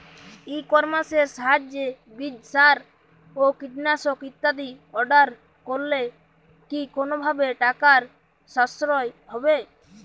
ই কমার্সের সাহায্যে বীজ সার ও কীটনাশক ইত্যাদি অর্ডার করলে কি কোনোভাবে টাকার সাশ্রয় হবে?